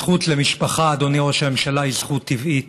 הזכות למשפחה, אדוני ראש הממשלה, היא זכות טבעית.